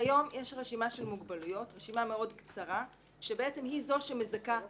כיום יש רשימה מאוד קצרה של מוגבלויות שהיא זו שמזכה בליווי.